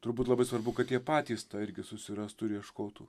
turbūt labai svarbu kad jie patys tą irgi susirastų ieškotų